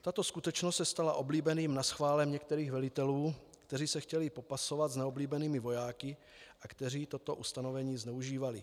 Tato skutečnost se stala oblíbeným naschválem některých velitelů, kteří se chtěli popasovat s neoblíbenými vojáky a kteří toto ustanovení zneužívali.